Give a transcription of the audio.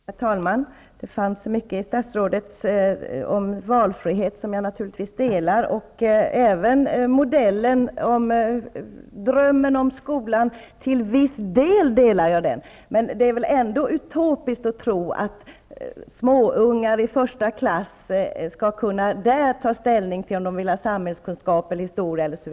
Herr talman! Det fanns mycket om valfrihet i statsrådets inlägg som jag naturligtvis håller med om, och det gäller även till viss del drömmen om skolan. Men det är utopiskt att tro att små barn i första klass skall kunna ta ställning till om de vill ha samhällskunskap eller historia.